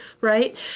Right